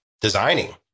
designing